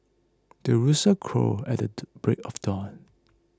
the rooster crows at the break of dawn